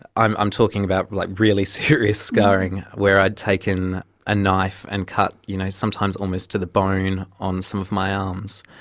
i'm i'm talking about like really serious scarring where i had taken a knife and cut you know sometimes almost to the bone on some of my arms.